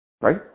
right